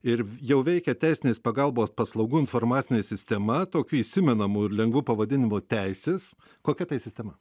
ir jau veikė teisinės pagalbos paslaugų informacinė sistema tokiu įsimenamu ir lengvu pavadinimu teisės kokia tai sistema